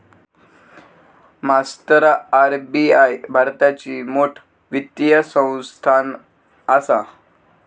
मास्तरा आर.बी.आई भारताची मोठ वित्तीय संस्थान आसा